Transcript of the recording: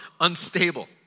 unstable